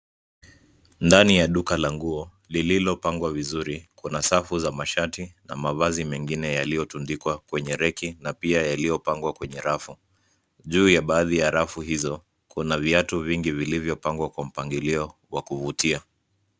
Ndani ya duka la nguo lililopangwa vizuri, kuna safu za mashati na mavazi mengine yaliyotundikwa kwenye reki na pia yaliyopangwa kwenye rafu. Juu ya baadhi ya rafu hizo, kuna viatu vingi vilivyopangwa kwa mpangilio wa kuvutia.